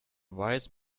wise